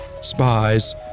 spies